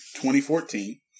2014